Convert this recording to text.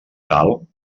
tal